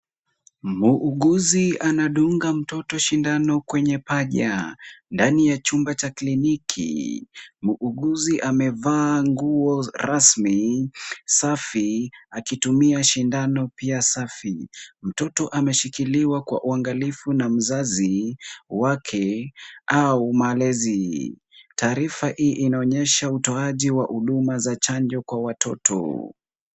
Muuguzi anadunga mtoto sindano kwenye paja. Ndani ya chumba cha kliniki muuguzi amevaa nguo rasmi, safi akitumia sindano pia safi. Mtoto ameshikiliwa kwa uangalifu na mzazi wake au mlezi. Taarifa hii inaonyesha utoaji wa huduma za chanjo kwa watoto.